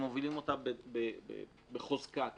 אנחנו